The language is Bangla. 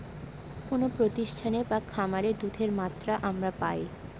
কোনো প্রতিষ্ঠানে বা খামারে দুধের মাত্রা আমরা পাই